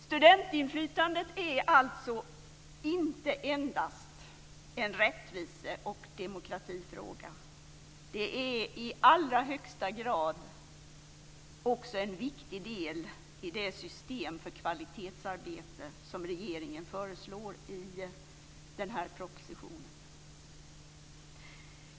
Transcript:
Studentinflytandet är alltså inte endast en rättvise och demokratifråga. Det är i allra högsta grad också en viktig del i det system för kvalitetsarbete som regeringen föreslår i propositionen.